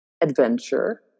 adventure